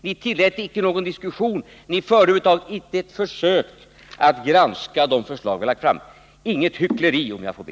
Ni tillät icke någon diskussion, ni gjorde över huvud taget icke ett försök att granska de förslag vi hade lagt fram. Inget hyckleri, om jag får be!